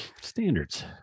Standards